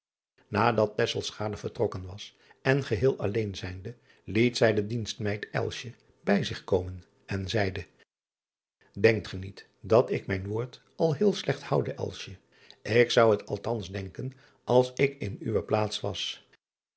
adat vertrokken was en geheel alleen zijnde liet zij de dienstmeid bij zich komen en zeide enkt ge niet dat ik mijn woord al heel slecht houde k zou het althans denken als ik in uwe plaats was